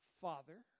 father